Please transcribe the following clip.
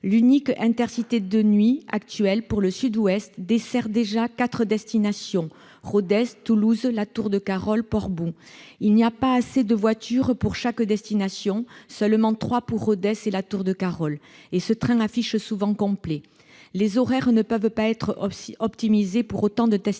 L'unique train Intercités de nuit actuel pour le Sud-Ouest dessert déjà quatre destinations : Rodez, Toulouse, Latour-de-Carol et Portbou. Il n'y a pas assez de voitures pour chacune d'entre elles- seulement trois pour Rodez et pour Latour-de-Carol, et ce train affiche souvent complet. Les horaires ne peuvent être optimisés pour autant de destinations